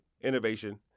Innovation